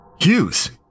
Hughes